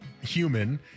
human